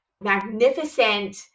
magnificent